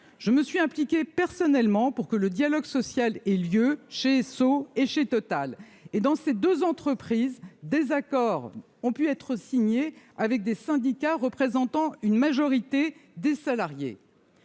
je me suis impliqué personnellement pour que le dialogue social et lieu chez Esso et chez Total et dans ces 2 entreprises désaccord ont pu être signé avec des syndicats représentant une majorité des salariés.